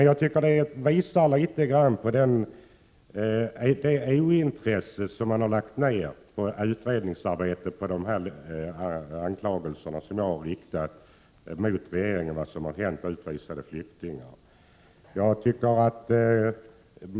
Jag tycker att detta visar något av ointresset för de anklagelser som jag framfört mot regeringen när det gäller utredningen av vad som hänt utvisade flyktingar.